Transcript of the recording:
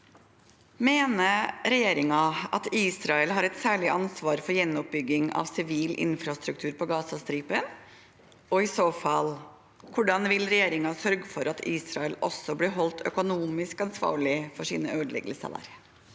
«Mener regjeringen at Israel har et særlig ansvar for gjenoppbygging av sivil infrastruktur på Gazastripen, og i så fall, hvordan vil regjeringen sørge for at Israel også blir holdt økonomisk ansvarlig for sine ødeleggelser